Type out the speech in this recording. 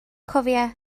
cofia